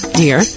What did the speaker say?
dear